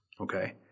okay